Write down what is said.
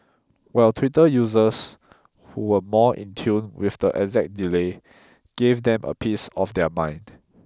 while Twitter users who were more in tune with the exact delay gave them a piece of their mind